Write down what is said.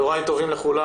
לכולם,